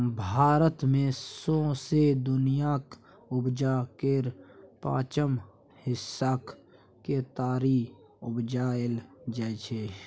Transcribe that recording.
भारत मे सौंसे दुनियाँक उपजाक केर पाँचम हिस्साक केतारी उपजाएल जाइ छै